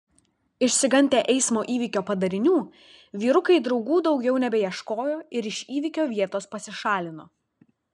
išsigandę eismo įvykio padarinių vyrukai draugų daugiau nebeieškojo ir iš įvykio vietos pasišalino